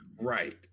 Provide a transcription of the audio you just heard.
right